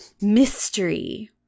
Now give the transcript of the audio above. mystery